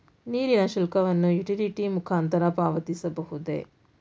ನೀರಿನ ಶುಲ್ಕವನ್ನು ಯುಟಿಲಿಟಿ ಮುಖಾಂತರ ಪಾವತಿಸಬಹುದೇ?